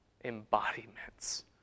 embodiments